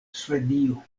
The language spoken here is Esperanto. svedio